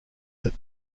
that